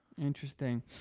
Interesting